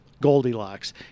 Goldilocks